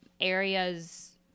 areas